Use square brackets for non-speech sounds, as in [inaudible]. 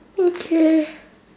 okay [noise]